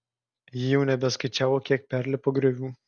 ji jau nebeskaičiavo kiek perlipo griovų